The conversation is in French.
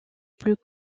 plus